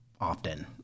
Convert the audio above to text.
often